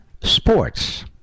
sports